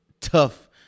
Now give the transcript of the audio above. tough